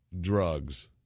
drugs